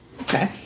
Okay